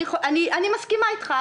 אני מסכימה איתך,